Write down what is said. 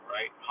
Right